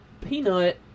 peanut